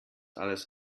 alles